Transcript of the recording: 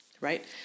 right